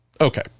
Okay